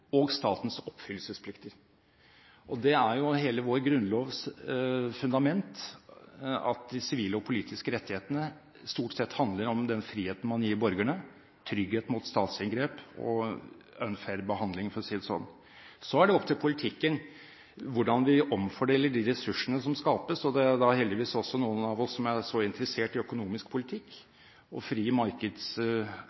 og statens oppfyllelsesplikter. Det er jo hele vår grunnlovs fundament at de sivile og politiske rettighetene stort sett handler om den friheten man gir borgerne – trygghet mot statsinngrep og unfair behandling, for å si det sånn. Så er det opp til politikken hvordan vi omfordeler de ressursene som skapes. Det er heldigvis også noen av oss som er så interessert i økonomisk politikk